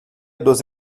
dos